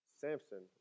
Samson